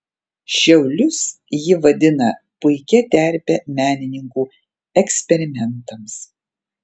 šiaulius ji vadina puikia terpe menininkų eksperimentams